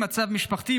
מצב משפחתי,